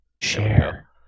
Share